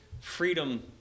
freedom